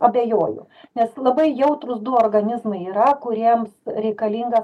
abejoju nes labai jautrūs du organizmai yra kuriems reikalingas